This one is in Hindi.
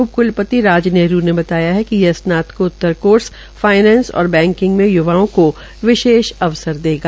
उप क्लपति राज नेहरू ने बताया कि यह स्नातकोतर कोर्स फाईनेंस और बैंकिंग में युवाओं को विशेष अवसर देगा